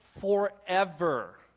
forever